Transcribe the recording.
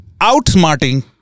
outsmarting